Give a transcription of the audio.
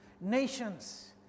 Nations